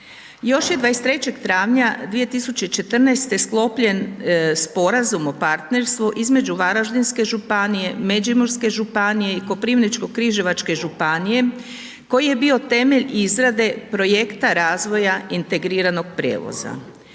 Još je 23. travnja 2014. sklopljen Sporazum o partnerstvu između Varaždinske županije, Međimurske županije i Koprivničko-križevačke županije koji je bio temelj izrade projekta razvoja integriranog prijevoza.